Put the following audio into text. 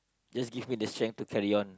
just give me the strength to carry on